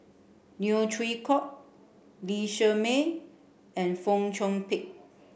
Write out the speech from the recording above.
Neo Chwee Kok Lee Shermay and Fong Chong Pik